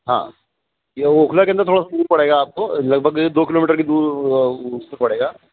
ہاں یہ اوکھلا کے اندر تھوڑا سا دور پڑے گا آپ کو لگ بھگ دو کلو میٹر کی دور اس پہ پڑے گا